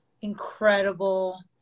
incredible